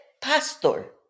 pastor